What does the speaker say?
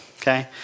okay